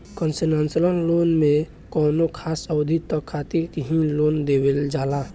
concessional loan में कौनो खास अवधि तक खातिर ही लोन देवल जाला